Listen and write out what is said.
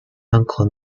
uncle